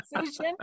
decision